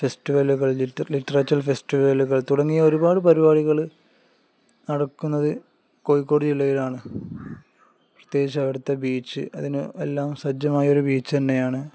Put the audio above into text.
ഫെസ്റ്റിവലുകൾ ലിറ്ററേച്ചര് ഫെസ്റ്റിവലുകൾ തുടങ്ങിയ ഒരുപാട് പരിപാടികള് നടക്കുന്നത് കോഴിക്കോട് ജില്ലയിലാണ് പ്രത്യേകിച്ച് അവിടുത്തെ ബീച്ച് അതിന് എല്ലാം സജ്ജമായൊരു ബീച്ച് തന്നെയാണ്